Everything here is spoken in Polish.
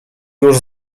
już